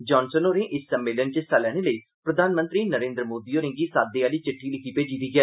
Johnson होरे इस सम्मेलन च हिस्सा लैने लेई प्रधानमंत्री नरेन्द्र मोदी होरें'गी साद्दे आहली इक चिट्टी लिक्खी भेजी ऐ